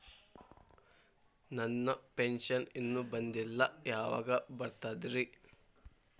ನನ್ನ ಪೆನ್ಶನ್ ಇನ್ನೂ ಬಂದಿಲ್ಲ ಯಾವಾಗ ಬರ್ತದ್ರಿ?